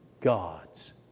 God's